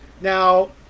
Now